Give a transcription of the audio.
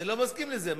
אני לא מסכים לזה.